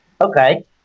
Okay